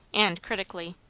and critically.